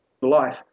life